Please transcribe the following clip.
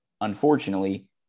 unfortunately